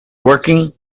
working